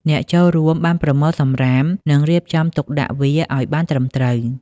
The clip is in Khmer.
អ្នកចូលរួមបានប្រមូលសំរាម និងរៀបចំទុកដាក់វាឱ្យបានត្រឹមត្រូវ។